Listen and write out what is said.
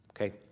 Okay